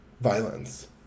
violence